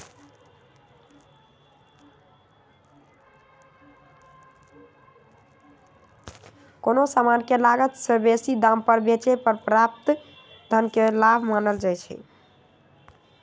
कोनो समान के लागत से बेशी दाम पर बेचे पर प्राप्त धन के लाभ मानल जाइ छइ